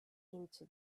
into